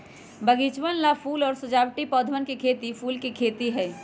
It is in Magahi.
बगीचवन ला फूल और सजावटी पौधवन के खेती फूल के खेती है